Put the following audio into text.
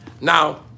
Now